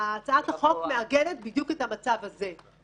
והצעת החוק מעגנת בדיוק את המצב הזה.